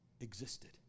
existed